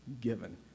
given